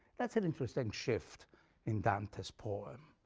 that's an interesting shift in dante's poem.